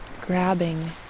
grabbing